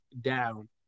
down